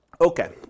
Okay